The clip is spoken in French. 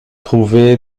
trouvé